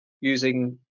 using